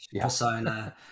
persona